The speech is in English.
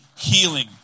healing